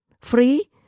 free